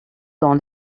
dans